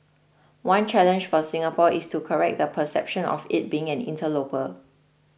one challenge for Singapore is to correct the perception of it being an interloper